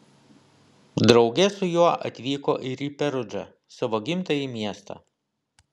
drauge su juo atvyko ir į perudžą savo gimtąjį miestą